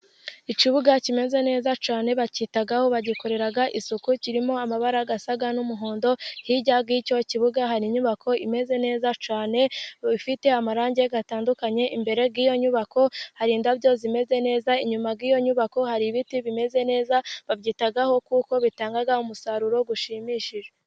Ikibuga kimeze neza cyane bacyitaho bagikorera isuku, kirimo amabara asa n'umuhondo hirya y'icyo kibuga hari inyubako imeze neza cyane ifite amarangi atandukanye, imbere y'iyo nyubako hari indabyo zimeze neza inyuma y'iyo nyubako hari ibiti bimeze neza babyitaho kuko bitanga umusaruro ushimishije.